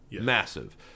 Massive